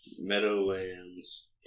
Meadowlands